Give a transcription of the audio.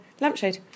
lampshade